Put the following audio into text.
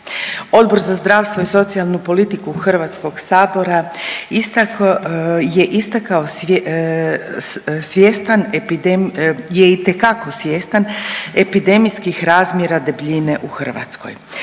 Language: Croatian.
Odbor za zdravstvo i socijalnu politiku HS-a je itekako svjestan epidemijskih razmjera debljine u Hrvatskoj.